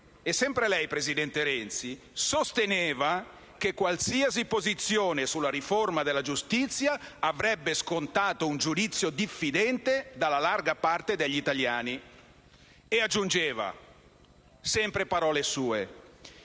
Sempre lei, presidente Renzi, sosteneva che qualsiasi posizione sulla riforma della giustizia avrebbe scontato un giudizio diffidente di larga parte degli italiani; e aggiungeva (sempre parole sue):